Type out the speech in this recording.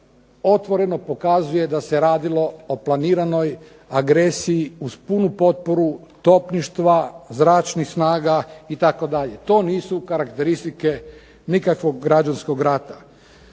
otvoreno pokazuje da se radilo o planiranoj agresiji uz punu potporu topništva, zračnih snaga itd. To nisu karakteristike nikakvog građanskog rata.